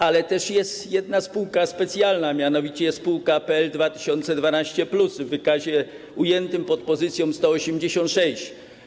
Ale jest też jedna spółka specjalna, mianowicie jest spółka PL.2012+ w wykazie ujętym pod pozycją 186.